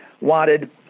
wanted